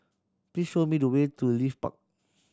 please show me the way to Leith Park